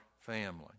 family